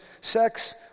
sex